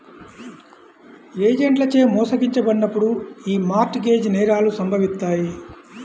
ఏజెంట్లచే మోసగించబడినప్పుడు యీ మార్ట్ గేజ్ నేరాలు సంభవిత్తాయి